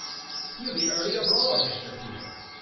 you be early abroad, mr. peter.